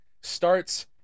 starts